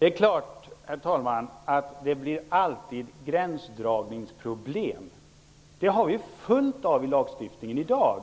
Herr talman! Det är klart att det alltid blir gränsdragningsproblem. Sådana har vi fullt av i lagstiftningen i dag.